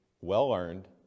well-earned